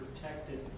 protected